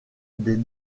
des